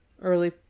early